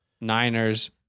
Niners